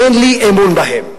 אין לי אמון בהם יותר,